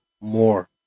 more